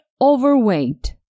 overweight